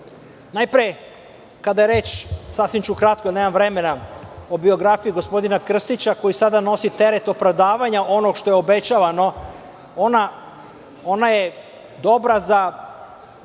kada je reč, sasvim ću kratko, nemam vremena, o biografiji gospodina Krstića, koji sada nosi teret opravdavanja onog što je obećavano, ona je dobra za